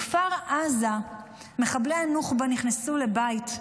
בכפר עזה מחבלי הנוח'בה נכנסו לבית,